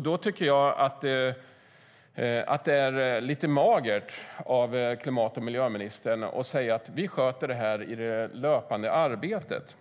Då tycker jag att det är lite magert av klimat och miljöministern att säga att man sköter det här i det löpande arbetet.